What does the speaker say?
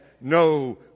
no